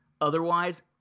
Otherwise